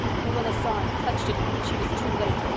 marilla saw and clutched at him but she was too late.